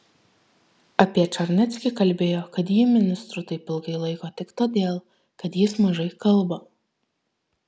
apie čarneckį kalbėjo kad jį ministru taip ilgai laiko tik todėl kad jis mažai kalba